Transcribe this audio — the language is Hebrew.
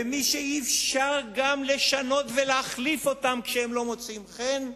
ומי שאפשר גם לשנות ולהחליף אותם כשהם לא מוצאים חן,